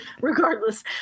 regardless